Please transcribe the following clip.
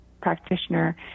practitioner